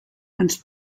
ens